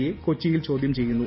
A കൊച്ചിയിൽ ചോദ്യം ചെയ്യുന്നു